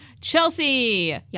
Chelsea